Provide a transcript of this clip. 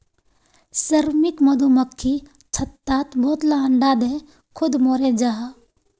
श्रमिक मधुमक्खी छत्तात बहुत ला अंडा दें खुद मोरे जहा